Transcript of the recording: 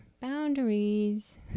boundaries